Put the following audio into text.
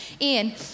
Ian